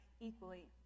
equally